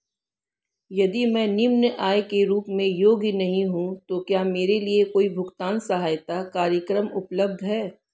यदि मैं निम्न आय के रूप में योग्य नहीं हूँ तो क्या मेरे लिए कोई भुगतान सहायता कार्यक्रम उपलब्ध है?